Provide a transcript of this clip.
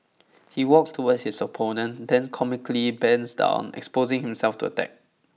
he walks towards his opponent then comically bends down exposing himself to attack